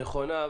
נכונה,